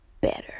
better